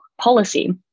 policy